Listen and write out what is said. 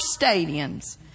stadiums